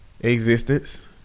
existence